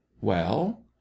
Well